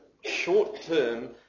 short-term